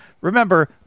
Remember